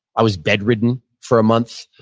i was bedridden for a month.